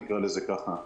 נקרא לזה ככה,